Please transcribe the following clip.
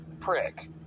prick